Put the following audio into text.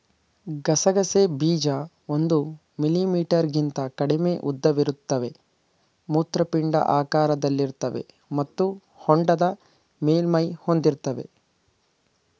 ಗಸಗಸೆ ಬೀಜ ಒಂದು ಮಿಲಿಮೀಟರ್ಗಿಂತ ಕಡಿಮೆ ಉದ್ದವಿರುತ್ತವೆ ಮೂತ್ರಪಿಂಡ ಆಕಾರದಲ್ಲಿರ್ತವೆ ಮತ್ತು ಹೊಂಡದ ಮೇಲ್ಮೈ ಹೊಂದಿರ್ತವೆ